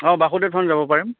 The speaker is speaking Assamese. অঁ বাসুদেৱ থান যাব পাৰিম